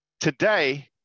today